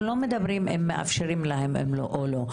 אנחנו לא מדברים אם מאפשרים להם או לא.